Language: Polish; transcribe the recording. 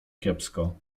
kiepsko